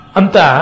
anta